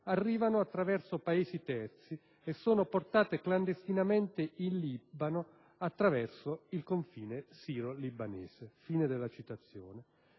arrivano attraverso Paesi terzi e sono portate clandestinamente in Libano attraverso il confine siro-libanese». Inoltre, nel